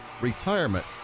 retirement